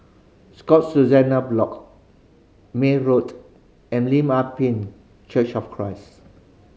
Scotts Block May Road and Lim Ah Pin Church of Christ